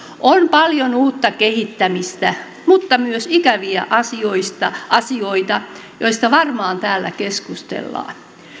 on paljon uutta kehittämistä mutta myös ikäviä asioita joista varmaan täällä keskustellaan